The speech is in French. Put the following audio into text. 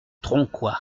tronquoy